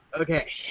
Okay